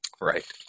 Right